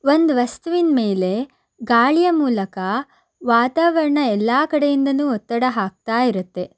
ಒಂದು ವಸ್ತುವಿನ ಮೇಲೆ ಗಾಳಿಯ ಮೂಲಕ ವಾತಾವರಣ ಎಲ್ಲ ಕಡೆಯಿಂದಲೂ ಒತ್ತಡ ಹಾಕ್ತಾ ಇರತ್ತೆ